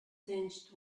tinged